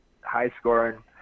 high-scoring